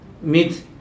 meet